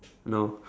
no